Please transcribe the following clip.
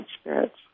spirits